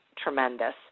tremendous